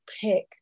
pick